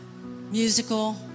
Musical